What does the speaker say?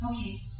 Okay